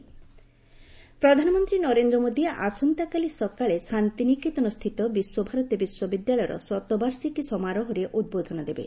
PM Visva Bharati ପ୍ରଧାନମନ୍ତ୍ରୀ ନରେନ୍ଦ୍ର ମୋଦୀ ଆସନ୍ତାକାଲି ସକାଳେ ଶାନ୍ତିନିକେତନ ସ୍ଥିତ ବିଶ୍ୱଭାରତୀ ବିଶ୍ୱବିଦ୍ୟାଳୟର ଶତବାର୍ଷିକୀ ସମାରୋହରେ ଉଦ୍ବୋଧନ ଦେବେ